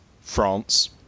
France